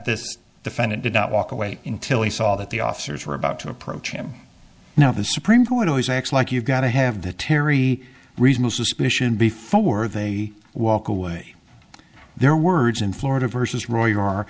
this defendant did not walk away until he saw that the officers were about to approach him now the supreme court always acts like you've got to have the terry reasonable suspicion before they walk away their words in florida versus roy